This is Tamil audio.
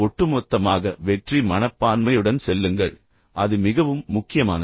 ஒட்டுமொத்தமாக வெற்றி மனப்பான்மையுடன் செல்லுங்கள் எனவே அது மிகவும் முக்கியமானது